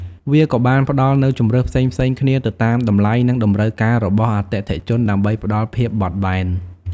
វាក៏បានផ្តល់នូវជម្រើសផ្សេងៗគ្នាទៅតាមតម្លៃនិងតម្រូវការរបស់អតិថិជនដើម្បីផ្តល់ភាពបត់បែន។